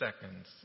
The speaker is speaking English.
seconds